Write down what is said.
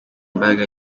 imbaraga